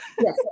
Yes